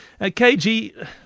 KG